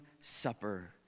supper